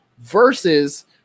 Versus